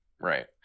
right